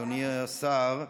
אדוני השר,